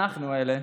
אנחנו אלה